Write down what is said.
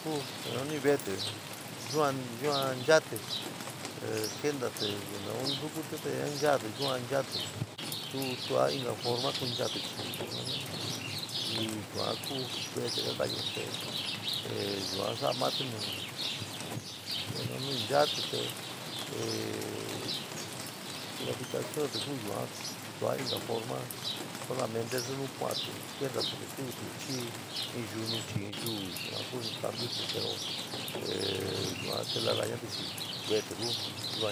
Ku jananí ve´etí yua, yua nchaatí kentatí naou in nchaatí te a nehatíyó yua nchaatí te tuo píkte forma yua kunchatí chí nu naní ríí yua ku velití kakarayo, te e yua sora mati noa, no inte nu seantí ese suu kabletaratí noó yua túm níka jonaní sola nuteí kuatí keintatí kúntí kúvet chí in yananchí yua yua kua in cambio tí yua chí telananatí chí ve´etí kuú.